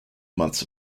months